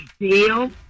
deal